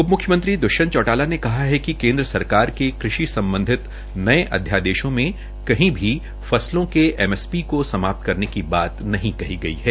उपमुख्यमंत्री द्वष्यंत चौटाला ने कहा है कि केन्द्र सरकार के कृषि सम्बधित नये अधयादेशों में कही भी फसलों के एमसीपी को समाप्त करने की बात नहीं कही गई है